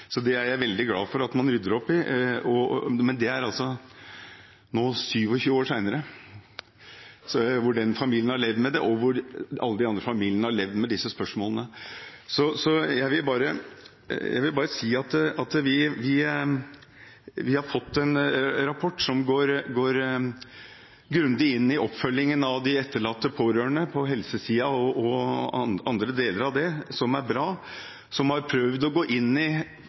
Det er jeg veldig glad for at man rydder opp i, men det skjer altså nå, 28 år senere. Vi må tenke på hvordan hans familie og alle de andre familiene har levd med disse spørsmålene. Vi har fått en rapport som går grundig inn i oppfølgingen av de etterlatte og pårørende på helsesiden og andre deler av det. Det er bra. Kommisjonen har prøvd å gå inn i